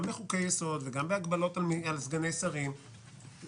גם בחוקי-יסוד וגם בהגבלות על סגני שרים,